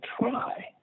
try